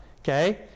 okay